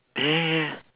yeah yeah yeah